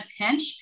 pinch